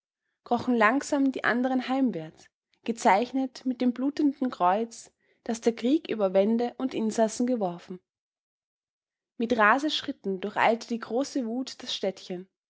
krochen langsam die anderen heimwärts gezeichnet mit dem blutenden kreuz das der krieg über wände und insassen geworfen mit raseschritten durcheilte die große wut das städtchen